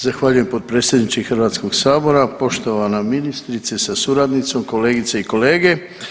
Zahvaljujem potpredsjedniče Hrvatskog sabora, poštovana ministrice sa suradnicom, kolegice i kolege.